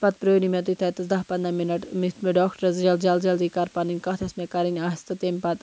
پَتہٕ پرٛٲرِو مےٚ تُہۍ تَتَس داہ پَنٛداہ مِنٹ یُتھ مےٚ ڈاکٹرس جلدی کرٕ پَنٕنۍ کَتھ یۄس مےٚ کَرٕنۍ آسہِ تہٕ تٔمۍ پَتہٕ